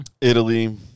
Italy